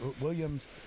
Williams